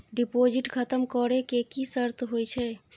Deposit खतम करे के की सर्त होय छै?